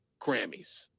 Grammys